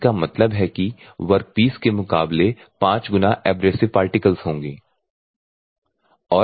इसका मतलब है कि वर्कपीस के मुकाबले 5 गुना एब्रेसिव पार्टिकल्स होंगे